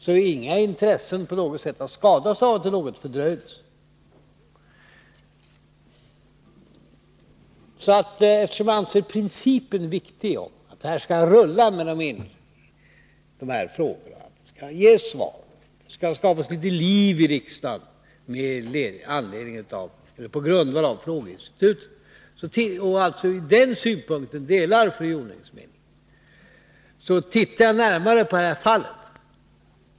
Så inga intressen har på något sätt skadats. Eftersom jag delar fru Jonängs uppfattning att principen är viktig — frågorna och svaren skall rulla, det skall skapas litet liv i riksdagen genom frågeinstitutet — har jag alltså tittat närmare på det här fallet.